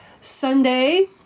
Sunday